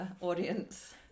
audience